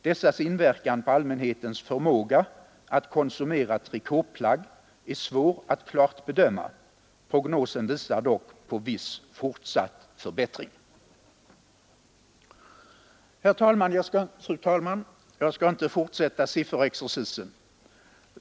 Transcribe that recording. Dessas inverkan på allmänhetens förmåga att konsumera trikåplagg är svåra att klart bedöma. Prognosen visar dock på viss fortsatt förbättring.” Fru talman! Jag skall inte fortsätta sifferexercisen.